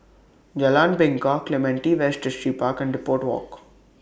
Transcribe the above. Jalan Bingka Clementi West Distripark and Depot Walk